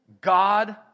God